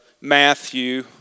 Matthew